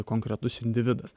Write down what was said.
konkretus individas